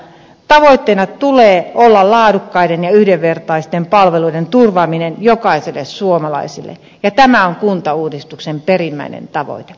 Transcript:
tavoitteena tulee olla laadukkaiden ja yhdenvertaisten palveluiden turvaaminen jokaiselle suomalaiselle ja tämä on kuntauudistuksen perimmäinen tavoite